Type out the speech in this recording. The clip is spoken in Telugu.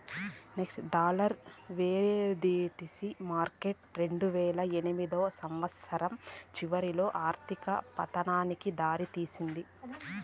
డాలర్ వెరీదేటివ్స్ మార్కెట్ రెండువేల ఎనిమిదో సంవచ్చరం చివరిలో ఆర్థిక పతనానికి దారి తీసింది